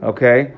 Okay